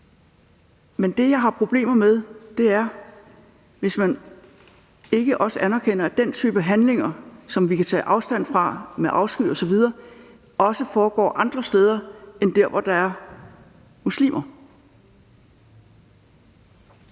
Men det, jeg har problemer med, er, hvis man ikke også anerkender, at den type handlinger, som vi kan tage afstand fra med afsky osv., også foregår andre steder end der, hvor der er muslimer.